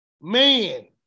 Man